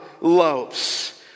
loaves